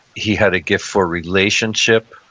he had a gift for relationship,